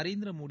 Narendra Modi